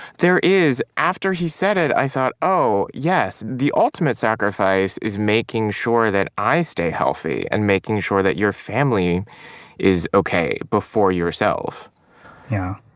there is. after he said it, i thought oh, yes. the ultimate sacrifice is making sure that i stay healthy and making sure that your family is ok before yourself yeah.